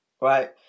right